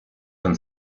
von